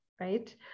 right